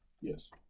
Yes